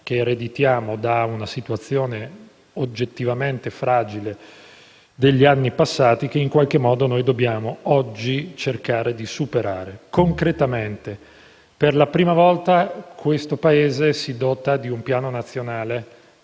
che ereditiamo da una situazione oggettivamente fragile degli anni passati che in qualche modo noi dobbiamo oggi cercare di superare. Concretamente, per la prima volta questo Paese si dota di un piano nazionale